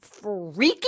freaking